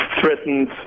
threatened